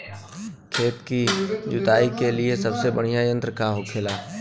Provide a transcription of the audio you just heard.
खेत की जुताई के लिए सबसे बढ़ियां यंत्र का होखेला?